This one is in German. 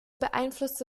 beeinflusste